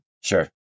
Sure